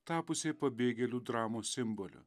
tapusiai pabėgėlių dramos simboliu